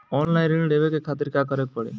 Online ऋण लेवे के खातिर का करे के पड़ी?